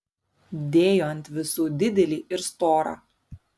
dėjo ant visų didelį ir storą